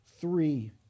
three